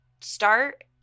start